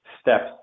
steps